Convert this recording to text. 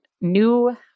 new